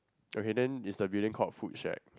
okay then is the building called food shack